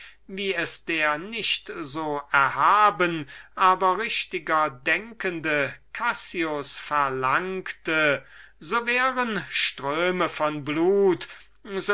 wie es der nicht so erhaben aber richtiger denkende cassius verlangte so wären ströme von blut